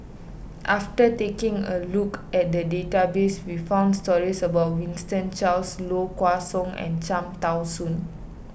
after taking a look at the database we found stories about Winston Choos Low Kway Song and Cham Tao Soon